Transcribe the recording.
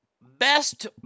Best